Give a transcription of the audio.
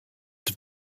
have